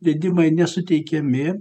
leidimai nesuteikiami